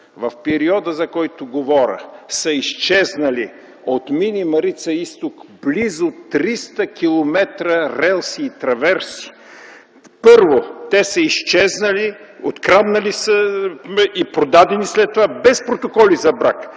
в периода, за който говоря, са изчезнали от „Мини Марица изток” близо 300 км релси и траверси. Първо, те са изчезнали, откраднати са и продадени след това без протоколи за брак